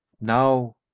Now